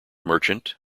merchant